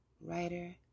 writer